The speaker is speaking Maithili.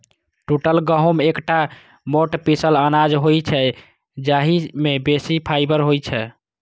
टूटल गहूम एकटा मोट पीसल अनाज होइ छै, जाहि मे बेसी फाइबर होइ छै